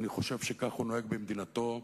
אני חושב שכך הוא נוהג במדינתו,